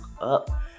up